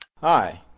Hi